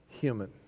human